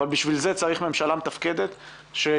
אבל בשביל זה צריך ממשלה מתפקדת ותוכניות,